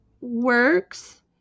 works